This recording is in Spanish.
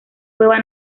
cueva